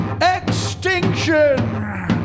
extinction